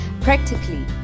practically